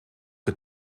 het